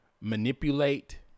manipulate